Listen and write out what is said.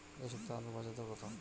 এ সপ্তাহে আলুর বাজারে দর কত?